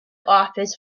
office